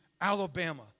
Alabama